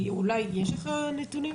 יש לך נתונים?